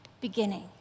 beginning